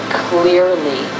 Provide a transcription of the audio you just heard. clearly